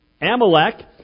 Amalek